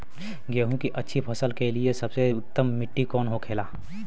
गेहूँ की अच्छी फसल के लिए सबसे उत्तम मिट्टी कौन होखे ला?